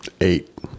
eight